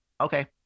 Okay